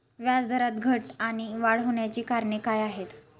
व्याजदरात घट आणि वाढ होण्याची कारणे काय आहेत?